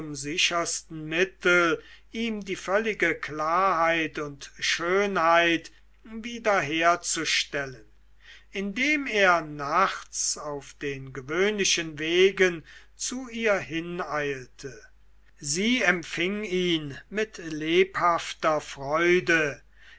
sichersten mittel ihm die völlige klarheit und schönheit wiederherzustellen indem er nachts auf den gewöhnlichen wegen zu ihr hineilte sie empfing ihn mit lebhafter freude